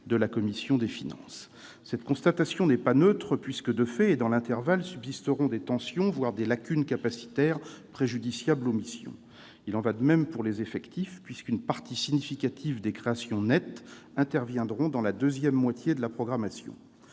de la commission des finances. Cette constatation n'est pas neutre, puisque, de fait, dans l'intervalle, subsisteront des tensions, voire des lacunes capacitaires préjudiciables aux missions. Il en va de même pour les effectifs, puisqu'une partie significative des créations nettes de postes interviendra dans la deuxième moitié de la programmation.